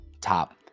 top